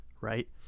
right